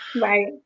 Right